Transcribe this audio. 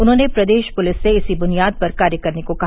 उन्होंने प्रदेश पुलिस से इसी बुनियाद पर कार्य करने को कहा